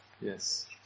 Yes